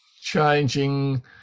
changing